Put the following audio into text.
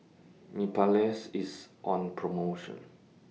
Mepilex IS on promotion